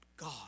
God